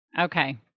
okay